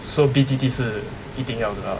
so B_T_T 是一定要的 lah